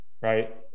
right